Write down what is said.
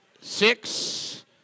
six